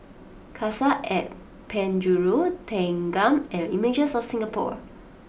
Cassia at Penjuru Thanggam and Images of Singapore